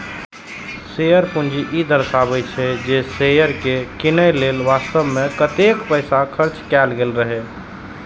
share पूंजी ई दर्शाबै छै, जे शेयर कें कीनय लेल वास्तव मे कतेक पैसा खर्च कैल गेल रहै